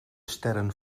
sterren